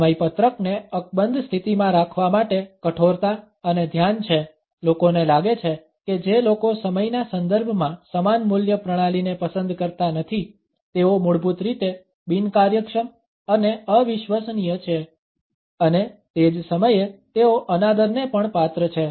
સમયપત્રકને અકબંધ સ્થિતિમા રાખવા માટે કઠોરતા અને ધ્યાન છે લોકોને લાગે છે કે જે લોકો સમયના સંદર્ભમાં સમાન મૂલ્ય પ્રણાલીને પસંદ કરતા નથી તેઓ મૂળભૂત રીતે બિનકાર્યક્ષમ અને અવિશ્વસનીય છે અને તે જ સમયે તેઓ અનાદરને પણ પાત્ર છે